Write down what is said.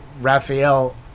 Raphael